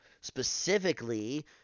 specifically